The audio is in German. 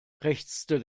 krächzte